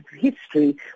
history